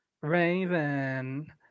Raven